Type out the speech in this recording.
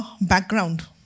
background